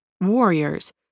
warriors